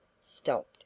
stopped